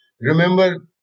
Remember